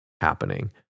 happening